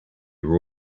were